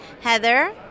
Heather